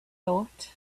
thought